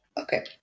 Okay